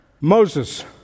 Moses